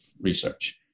research